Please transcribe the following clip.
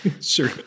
Sure